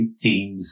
themes